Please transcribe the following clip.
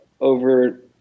over